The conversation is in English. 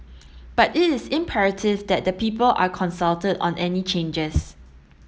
but it is imperative that the people are consulted on any changes